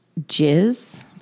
Jizz